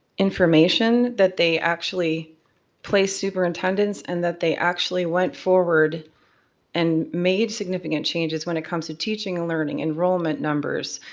information that they actually place superintendents and that they actually went forward and made significant changes when it comes to teaching and learning, enrollment numbers,